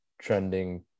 trending